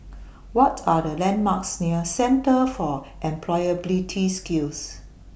What Are The landmarks near Centre For Employability Skills